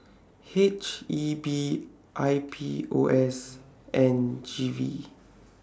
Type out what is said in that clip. H E B I P O S and G V